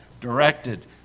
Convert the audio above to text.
directed